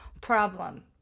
problem